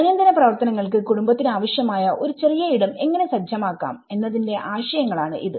ദൈനംദിന പ്രവർത്തനങ്ങൾക്ക് കുടുംബത്തിന് ആവശ്യമായ ഒരു ചെറിയ ഇടം എങ്ങനെ സജ്ജമാക്കാം എന്നതിന്റെ ആശയങ്ങളാണ് ഇത്